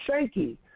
shaky